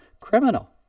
criminal